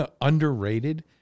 underrated